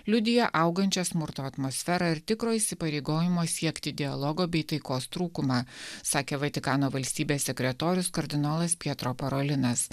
liudija augančią smurto atmosferą ir tikro įsipareigojimo siekti dialogo bei taikos trūkumą sakė vatikano valstybės sekretorius kardinolas pietro porolinas